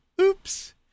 Oops